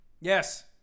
Yes